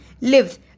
lives